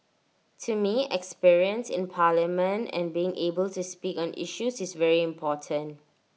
to me experience in parliament and being able to speak on issues is very important